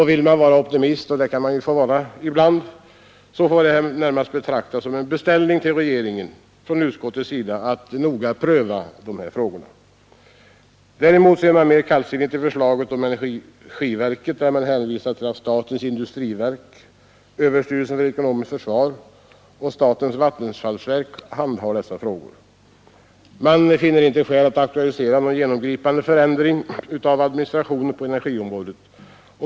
Vill ran vara optimist — och det kan man väl få vara ibland — får detta närmast betraktas som en beställning till regeringen från utskottets sida att noga pröva dessa frågor. Däremot är man mer kallsinnig till förslaget om energiverket och hänvisar till att statens industriverk, överstyrelsen för ekonomiskt försvar och statens vattenfallsverk nu handhar dessa frågor. Utskottet finner inte skäl att aktualisera någon genomgripande förändring av administrationen på energiområdet.